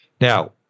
Now